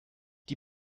die